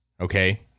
Okay